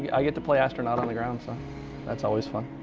i get to play astronaut on the ground, so that's always fun.